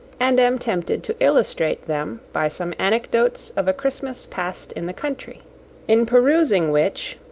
and am tempted to illustrate them by some anecdotes of a christmas passed in the country in perusing which,